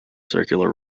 circular